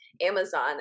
Amazon